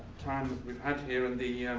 time we've had here and the